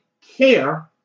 care